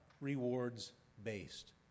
rewards-based